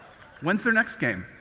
when's their next game?